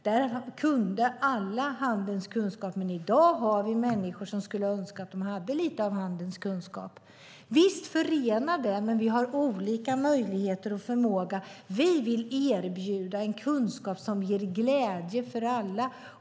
Då hade alla handens kunskap, I dag har vi människor som skulle önska att de hade lite av handens kunskap. Vi har olika möjligheter och förmågor. Vi vill erbjuda en kunskap som ger glädje för alla.